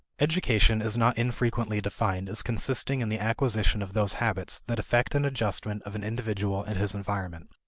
education is not infrequently defined as consisting in the acquisition of those habits that effect an adjustment of an individual and his environment.